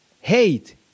Hate